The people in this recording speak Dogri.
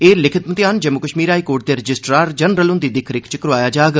एह् लिखित मतेयान जम्मू कष्मीर हाई कोर्ट दे रजिस्ट्रार जनरल हुंदी दिक्खरेख च करवाया जाग